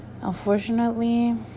unfortunately